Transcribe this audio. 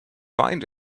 find